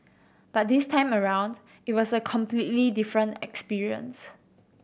but this time around it was a completely different experience